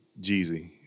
Jeezy